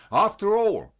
after all,